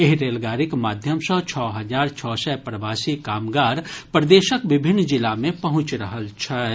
एहि रेलगाड़ीक माध्यम सँ छओ हजार छओ सय प्रवासी कामगार प्रदेशक विभिन्न जिला मे पहुंचि रहल छथि